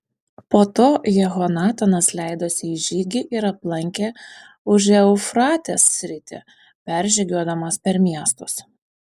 po to jehonatanas leidosi į žygį ir aplankė užeufratės sritį peržygiuodamas per miestus